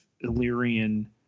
Illyrian